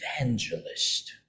evangelist